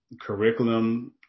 curriculum